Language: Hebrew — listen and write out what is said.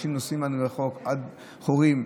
אנשים נוסעים רחוק, עד חורים,